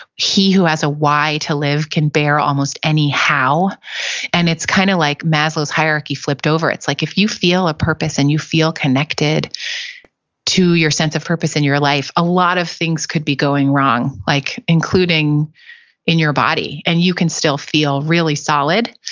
he who has a why to live can bear almost any how and it's kind of like maslow's hierarchy flipped over it's like if you feel a purpose and you feel connected to your sense of purpose in your life, a lot of things could be going wrong, like including in your body, and you can still feel really solid.